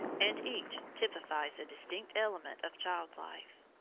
and each typifies a distinct element of child-life.